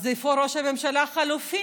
אז איפה ראש הממשלה החלופי?